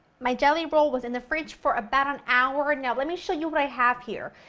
my jelly roll was in the fridge for about an hour, now let me show you what i have here.